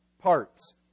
parts